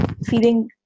feeling